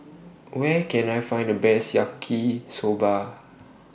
Where Can I Find The Best Yaki Soba